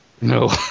No